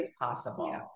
possible